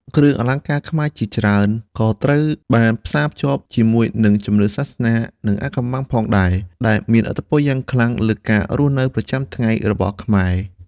គ្រឿងអលង្ការខ្មែរជាច្រើនក៏ត្រូវបានផ្សារភ្ជាប់ជាមួយនឹង ជំនឿសាសនា និងអាថ៌កំបាំង ផងដែរ ដែលមានឥទ្ធិពលយ៉ាងខ្លាំងលើការរស់នៅប្រចាំថ្ងៃរបស់ខ្មែរ។